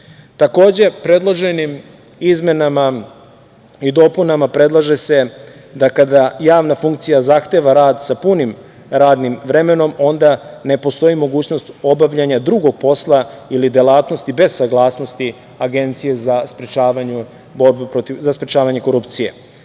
evra. Takođe, predloženim izmenama i dopunama predlaže se da kada javna funkcija zahteva rad sa punim radnim vremenom onda ne postoji mogućnost obavljanja drugog posla ili delatnosti bez saglasnosti Agencije za sprečavanje korupcije.